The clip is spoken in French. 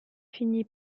finit